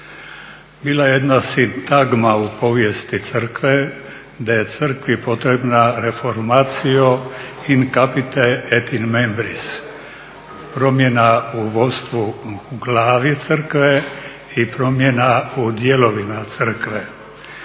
Bila je jedna sintagma u povijesti Crkve, da je Crkvi potrebna reformatio in capite et in membris, promjena u vodstvu u glavi Crkve i promjena u dijelovima Crkve.